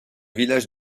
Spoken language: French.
village